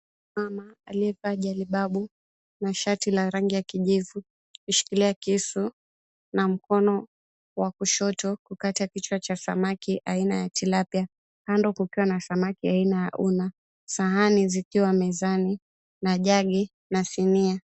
Mama aliyevaa jalibabu, na shati la rangi ya kijivu, kushikilia kisu na mkono wa kushoto, kukata kichwa cha samaki, aina ya tilapia, kando kukiwa na samaki, aina ya una. Sahani zikiwa mezani na jagii na sinia.